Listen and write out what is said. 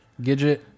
Gidget